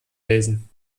lesen